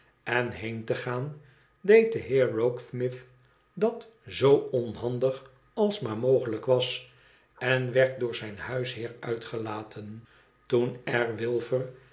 en heen te gaan deed de heer rokesmith dat zoo onhandig aüs maar mogelijk was en werd door zijn huisheer uitgelaten toen r wilfer